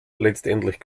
letztendlich